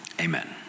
Amen